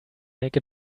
make